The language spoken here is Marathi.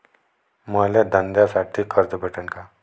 मले धंद्यासाठी कर्ज भेटन का?